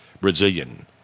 Brazilian